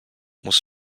muss